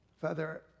Father